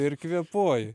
ir kvėpuoji